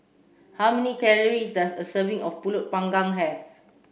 how many calories does a serving of Pulut panggang have